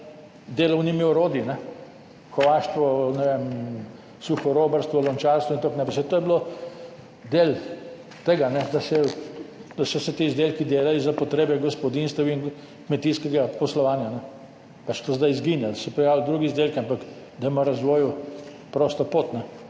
delovnimi orodji, kovaštvo, ne vem, suhorobarstvo, lončarstvo in tako naprej, to je bilo del tega, da se, da so se ti izdelki delali za potrebe gospodinjstev in kmetijskega poslovanja, to zdaj izginja, so se pojavili drugi izdelki, ampak da ima razvoju prosto pot.